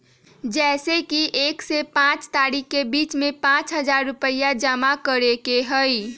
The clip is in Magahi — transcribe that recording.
जैसे कि एक से पाँच तारीक के बीज में पाँच हजार रुपया जमा करेके ही हैई?